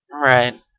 Right